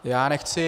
Já nechci...